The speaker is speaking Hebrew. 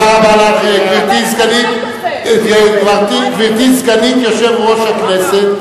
תודה רבה לך, גברתי סגנית יושב-ראש הכנסת.